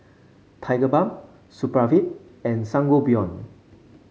Tigerbalm Supravit and Sangobion